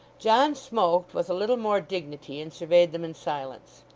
john smoked with a little more dignity and surveyed them in silence.